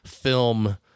film